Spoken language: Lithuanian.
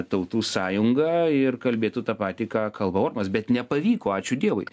tautų sąjunga ir kalbėtų tą patį ką kalba orbanas bet nepavyko ačiū dievui